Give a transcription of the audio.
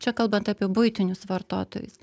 čia kalbant apie buitinius vartotojus